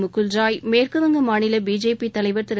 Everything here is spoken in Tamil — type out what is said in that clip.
முகுல்ராய் மேற்குவங்க மாநில பிஜேபி தலைவர் திரு